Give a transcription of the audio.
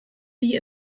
die